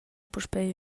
puspei